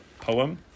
poem